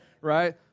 Right